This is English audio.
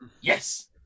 Yes